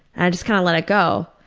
and just kind of let it go.